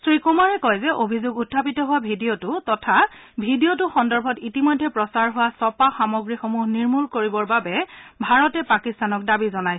শ্ৰী কুমাৰে কয় যে অভিযোগ উখাপিত হোৱা ভিডিঅটো তথা ভিডিঅটো সন্দৰ্ভত ইতিমধ্যে প্ৰচাৰ হোৱা ছপা সামগ্ৰীসমূহ নিৰ্মূল কৰিবৰ বাবে ভাৰতে পাকিস্তানক দাবী জনায়